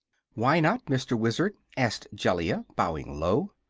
why not, mr. wizard? asked jellia, bowing low.